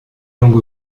langues